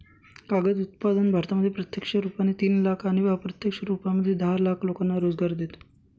कागद उत्पादन भारतामध्ये प्रत्यक्ष रुपाने तीन लाख आणि अप्रत्यक्ष रूपामध्ये दहा लाख लोकांना रोजगार देतो